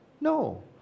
No